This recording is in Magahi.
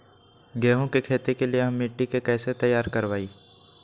गेंहू की खेती के लिए हम मिट्टी के कैसे तैयार करवाई?